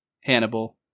Hannibal